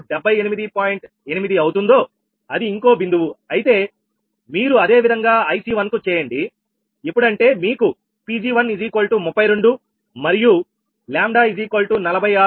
8 అవుతుందో అది ఇంకో బిందువు అయితే మీరు అదే విధంగా IC1 కు చేయండి ఎప్పుడంటే మీకు 𝑃𝑔132 మరియు 𝜆46